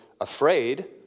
afraid